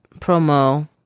promo